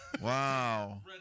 Wow